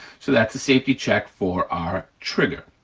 so that's the safety check for our trigger.